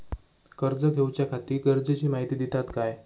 कर्ज घेऊच्याखाती गरजेची माहिती दितात काय?